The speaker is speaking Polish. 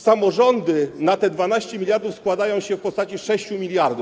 Samorządy na te 12 mld składają się w postaci 6 mld.